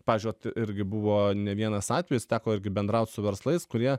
pavyzdžiui vat irgi buvo ne vienas atvejis teko irgi bendraut su verslais kurie